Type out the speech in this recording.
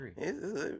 agree